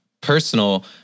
personal